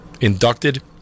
inducted